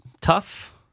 Tough